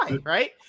right